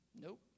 nope